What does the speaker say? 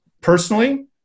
personally